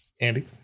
Andy